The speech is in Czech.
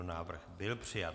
Návrh byl přijat.